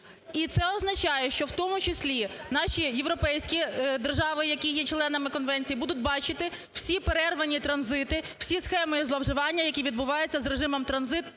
І це означає, що в тому числі наші європейські держави, які є членами конвенції, будуть бачити всі перервані транзити, всі схеми і зловживання, які відбуваються з режимом транзит